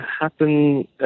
happen